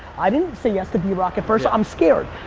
i didn't say yes to drock at first. i'm scared.